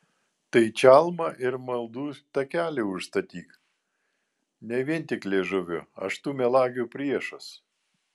tai čalmą ir maldų takelį užstatyk ne vien tik liežuviu aš tų melagių priešas